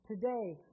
Today